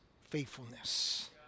faithfulness